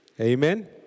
Amen